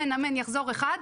יחזור אחד,